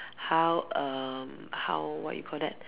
how um how what you call that